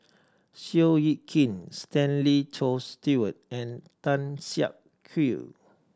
Seow Yit Kin Stanley Tofts Stewart and Tan Siak Kew